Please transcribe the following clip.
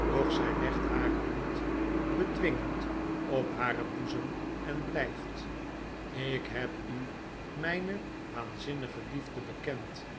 doch zjj legt hare hand bedwingend op haren boezem en blpt ik heb u myne waanzinnige liefde bekend